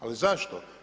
Ali zašto?